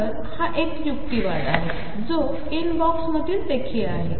तर हाएकयुक्तिवादआहेजोइनबॉक्समध्येदेखीलआलाआहे